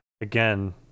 again